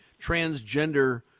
transgender